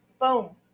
Boom